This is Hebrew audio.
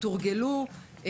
תורגלו,